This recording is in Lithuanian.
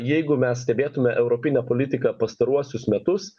jeigu mes stebėtume europinę politiką pastaruosius metus